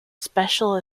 special